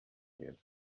wird